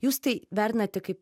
jūs tai vertinate kaip